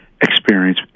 experience